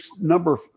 number